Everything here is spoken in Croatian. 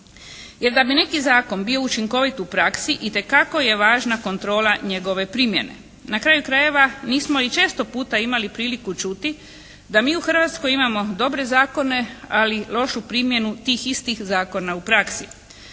Jer da bi neki zakon bio učinkovit u praksi itekako je važna kontrola njegove primjene. Na kraju krajeva mi smo i često puta imali priliku čuti da mi u Hrvatskoj imamo dobre zakone ali lošu primjenu tih istih zakona u praksi.